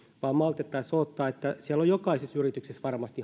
vaan maltettaisi odottaa jokaisessa yrityksessä on varmasti